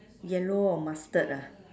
yellow or mustard ah